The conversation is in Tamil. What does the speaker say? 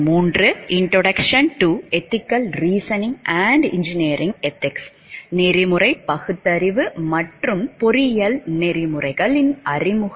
மீண்டும் வருக